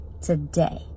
today